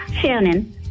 Shannon